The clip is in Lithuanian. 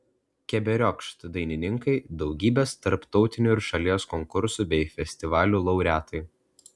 keberiokšt dainininkai daugybės tarptautinių ir šalies konkursų bei festivalių laureatai